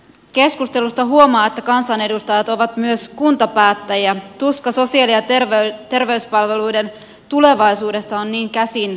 keskustelusta huomaa että kansanedustajat ovat myös kuntapäättäjiä tuska sosiaali ja terveyspalveluiden tulevaisuudesta on niin käsin kosketeltavissa